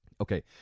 Okay